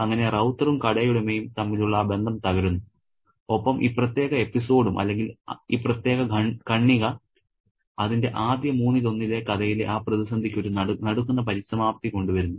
അങ്ങനെ റൌത്തറും കടയുടമയും തമ്മിലുള്ള ആ ബന്ധം തകരുന്നു ഒപ്പം ഈ പ്രത്യേക എപ്പിസോഡും അല്ലെങ്കിൽ ഈ പ്രത്യേക ഖണ്ഡിക അതിന്റെ ആദ്യ മൂന്നിലൊന്നിലെ കഥയിലെ ആ പ്രതിസന്ധിക്ക് ഒരു നടുക്കുന്ന പരിസമാപ്തി കൊണ്ടുവരുന്നു